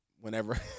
whenever